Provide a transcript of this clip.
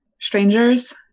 Strangers